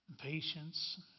patience